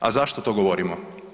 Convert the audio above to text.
A zašto to govorimo?